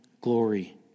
glory